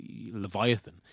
leviathan